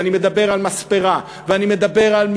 ואני מדבר על מספרה,